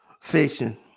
Fiction